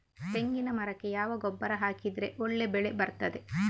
ತೆಂಗಿನ ಮರಕ್ಕೆ ಯಾವ ಗೊಬ್ಬರ ಹಾಕಿದ್ರೆ ಒಳ್ಳೆ ಬೆಳೆ ಬರ್ತದೆ?